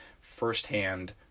firsthand